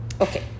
Okay